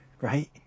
right